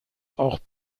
auch